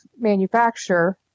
manufacturer